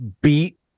beat